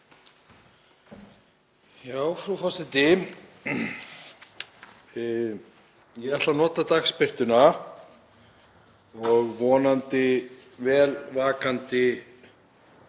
Frú forseti. Ég ætla að nota dagsbirtuna og vonandi vel vakandi